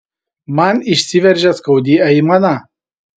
man išsiveržia skaudi aimana